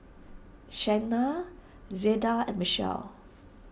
Shena Zelda and Mitchell